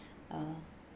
uh